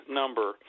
number